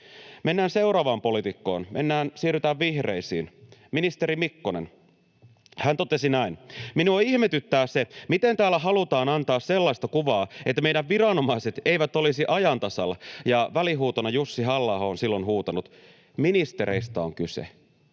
Mennään seuraavaan poliitikkoon, siirrytään vihreisiin, ministeri Mikkoseen. Hän totesi näin: ”Minua ihmetyttää se, miten täällä halutaan antaa sellaista kuvaa, että meidän viranomaiset eivät olisi ajan tasalla” — ja välihuutona Jussi Halla-aho on silloin huutanut, että ministereistä on kyse